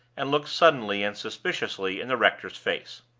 and looked suddenly and suspiciously in the rector's face.